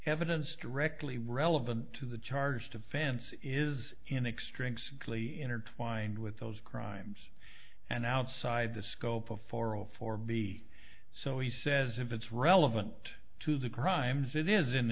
evidence directly relevant to the charged offense is inextricably intertwined with those crimes and outside the scope of four o four b so he says if it's relevant to the crimes it is in